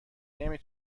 نمی